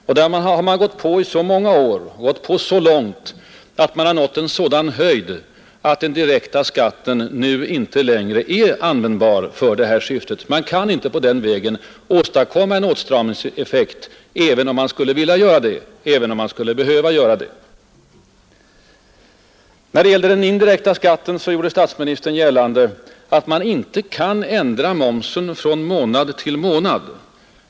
Det har man hållit på med i så många år och gått så långt att man nått en sådan höjd att den direkta skatten nu inte längre är användbar för det här syftet; man kan inte på den vägen åstadkomma en åtstramningseffekt även om man skulle vilja göra det, även om man skulle behöva göra det. När det gäller den indirekta skatten gjorde statsministern gällande att man inte kan ändra momsen från måndag till måndag.